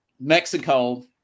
Mexico